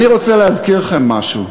אני רוצה להזכיר לכם משהו.